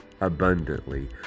abundantly